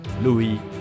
Louis